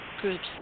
groups